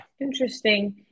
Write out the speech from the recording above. interesting